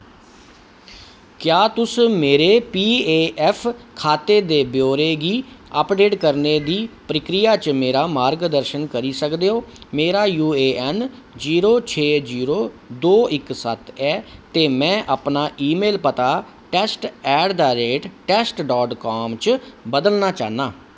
क्या तुस मेरे पी ऐफ्फ खाते दे ब्यौरे गी अपडेट करने दी प्रक्रिया च मेरा मार्गदर्शन करी सकदे ओ मेरा यूएएन जीरो छे जीरो दो इक सत्त ऐ ते मैं अपना ईमेल पता test at the rate test dot com च बदलना चाह्न्नां